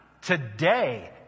today